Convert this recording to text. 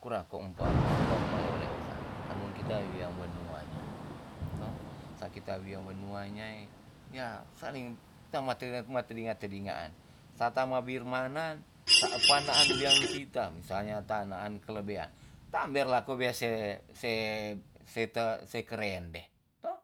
Kurako em pa pakuan maleo leosan ta nu kita wia wenua nyaai sa kita wia wenua nyai ya saling ta ma tele- ma telinga telingaan sa ta birman na sa pa naan wian kita misalnya tanaan kelebean tamber lako wea se- se- se te sekerende toh